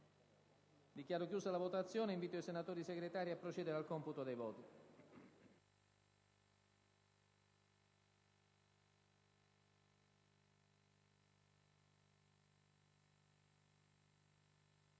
Dichiaro chiusa la votazione e invito i senatori Segretari a procedere al computo dei voti.